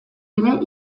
ere